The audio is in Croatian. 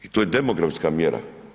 I to je demografska mjera.